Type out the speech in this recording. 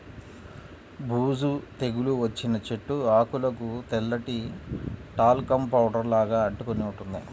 బూజు తెగులు వచ్చిన చెట్టు ఆకులకు తెల్లటి టాల్కమ్ పౌడర్ లాగా అంటుకొని ఉంటుంది